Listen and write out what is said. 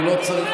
אני לא צריך,